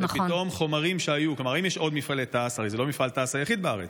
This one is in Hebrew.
הרי זה לא מפעל תעש היחיד בארץ,